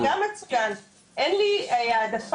ואני מתנצל